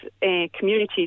communities